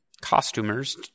costumers